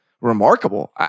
remarkable